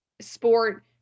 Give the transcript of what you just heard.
sport